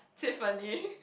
Tiffany